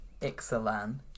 Ixalan